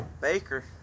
Baker